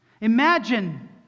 Imagine